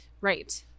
Right